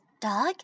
dog